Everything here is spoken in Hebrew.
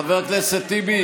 חבר הכנסת טיבי,